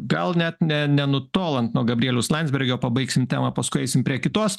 gal net ne nenutolant nuo gabrieliaus landsbergio pabaigsime temą paskui eisime prie kitos